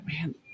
man